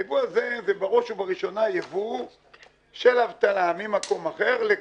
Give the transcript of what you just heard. הייבוא הזה הוא בראש ובראשונה ייבוא של אבטלה ממקום אחר לכאן.